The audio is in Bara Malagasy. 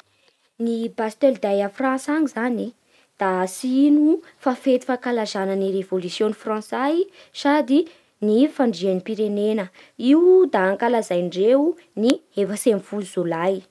Ny Bastille day a France any zany e da tsy ino fa fety fankazana ny revôlisiôna frantsay sady ny fandriam-pirenena. Io da ankalazaindreo ny efatsy ambin'ny folo jolay.